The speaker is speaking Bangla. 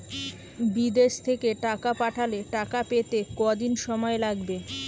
বিদেশ থেকে টাকা পাঠালে টাকা পেতে কদিন সময় লাগবে?